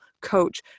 coach